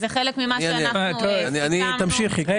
זה אחד.